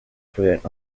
through